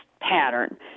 pattern